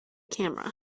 camera